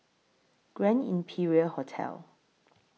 Grand Imperial Hotel